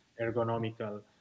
ergonomical